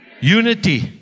Unity